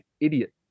idiot